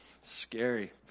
scary